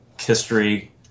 history